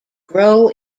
grow